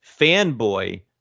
fanboy